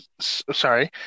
sorry